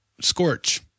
Scorch